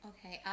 Okay